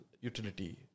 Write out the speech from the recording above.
utility